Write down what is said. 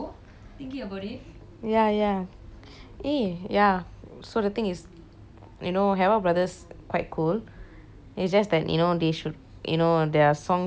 ya ya eh ya so the thing is you know havoc brothers quite cool it's just that you know they should you know their songs video they must do something about it